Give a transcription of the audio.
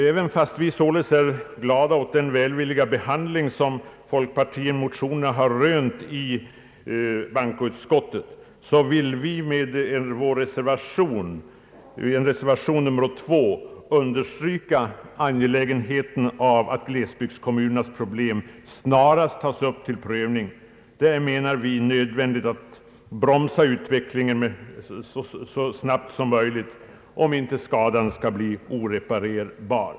Trots att vi således är glada åt den välvilliga behandling som folkpartimotionerna har rönt i bankoutskottet vill folkpartiets och centerpartiets utskottsledamöter med reservation nr 2 understryka angelägenheten av att glesbygdskommunernas problem snarast tas upp till prövning. Det är, menar vi, nödvändigt att bromsa utvecklingen så snabbt som möjligt om inte skadan skall bli oreparerbar.